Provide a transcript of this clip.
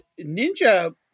ninja